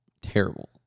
terrible